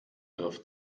griff